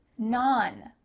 non,